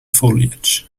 foliage